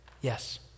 Yes